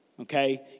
Okay